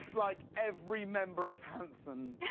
like, every member of handsome